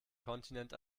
kontinent